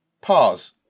Pause